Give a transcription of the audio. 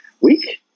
week